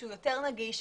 שיותר נגיש.